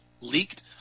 leaked